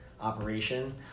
operation